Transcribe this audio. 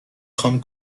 خوام